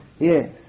Yes